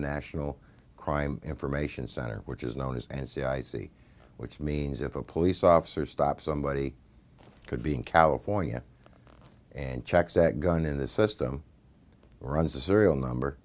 national crime information center which is known as and c i c which means if a police officer stops somebody could be in california and checks that gun in the system runs the serial number